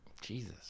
Jesus